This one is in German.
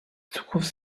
zukunft